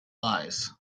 lies